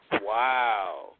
Wow